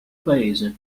paese